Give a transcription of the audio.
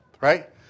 right